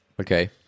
Okay